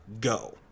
Go